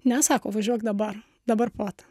ne sako važiuok dabar dabar pat